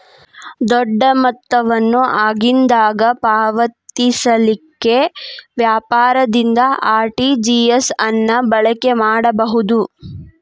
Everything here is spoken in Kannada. ದೊಡ್ಡ ಮೊತ್ತವನ್ನು ಆಗಿಂದಾಗ ಪಾವತಿಸಲಿಕ್ಕೆ ವ್ಯಾಪಾರದಿಂದ ಆರ್.ಟಿ.ಜಿ.ಎಸ್ ಅನ್ನ ಬಳಕೆ ಮಾಡಬಹುದು